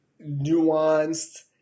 nuanced